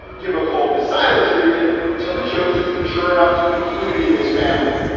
give a cold the silent treatment until it shows it's mature enough to be included in this family.